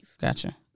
Gotcha